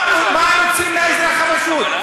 מה רוצים מהאזרח הפשוט?